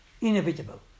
inevitable